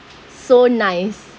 so nice